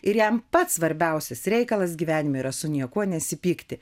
ir jam pats svarbiausias reikalas gyvenime yra su niekuo nesipykti